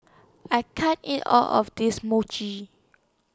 I can't eat All of This Muji